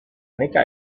neka